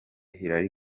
hillary